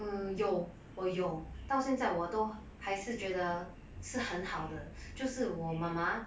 um 有我有到现在我都还是觉得是很好的就是我妈妈